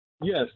Yes